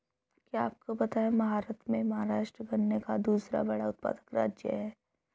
क्या आपको पता है भारत में महाराष्ट्र गन्ना का दूसरा बड़ा उत्पादक राज्य है?